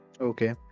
okay